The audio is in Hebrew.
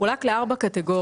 הוספתי את שדרות.